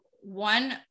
One